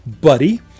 buddy